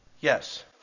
Yes